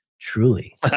truly